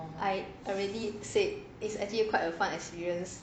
I already said it's actually err quite a fun experience